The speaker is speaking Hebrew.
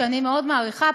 שאני מאוד מעריכה,